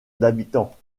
d’habitants